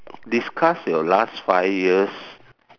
discuss your last five years